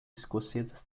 escocesas